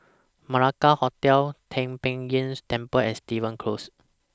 Malacca Hotel Tai Pei Yuen Temple and Stevens Close